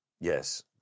yes